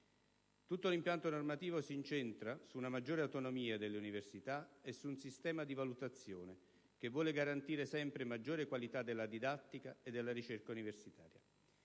Tutto l'impianto normativo s'incentra su una maggiore autonomia delle università e su un sistema di valutazione che vuole garantire sempre maggiore qualità della didattica e della ricerca universitaria.